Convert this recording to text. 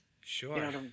sure